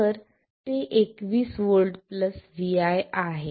तर ते 21 V vi आहे